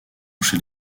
chez